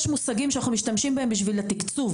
יש מושגים שאנחנו משתמשים בהם בשביל התקצוב